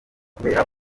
kubera